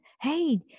hey